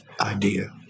idea